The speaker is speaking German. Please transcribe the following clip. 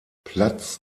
platz